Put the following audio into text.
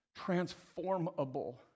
transformable